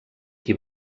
qui